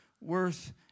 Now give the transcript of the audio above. worth